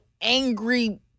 angry